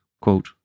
quote